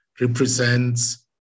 represents